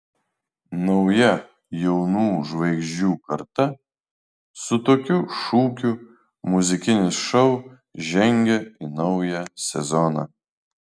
nauja jaunų žvaigždžių karta su tokiu šūkiu muzikinis šou žengia į naują sezoną